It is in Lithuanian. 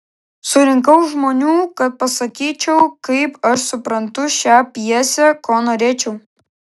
surinkau žmonių kad pasakyčiau kaip aš suprantu šią pjesę ko norėčiau